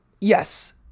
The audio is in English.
yes